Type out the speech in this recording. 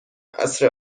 عصر